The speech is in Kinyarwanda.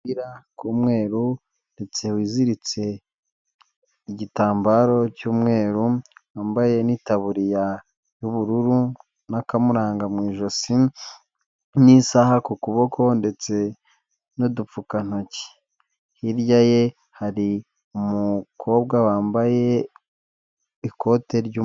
Agapira k'umweru ndetse wiziritse igitambaro cy'umweru, wambaye n'itaburiya y'ubururu, n'akamuranga mu ijosi, n'isaha ku kuboko ndetse n'udupfukantoki. Hirya ye hari umukobwa wambaye ikote ...